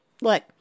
Look